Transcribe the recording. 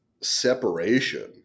separation